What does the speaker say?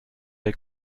der